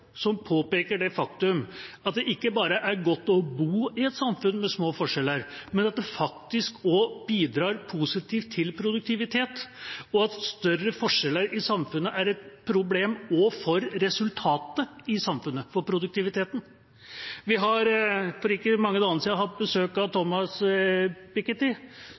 påpeker det faktum at det ikke bare er godt å bo i et samfunn med små forskjeller, men at det faktisk også bidrar positivt til produktivitet, og at større forskjeller i samfunnet er et problem også for resultatet i samfunnet, for produktiviteten. Vi hadde for ikke mange dagene siden besøk av Thomas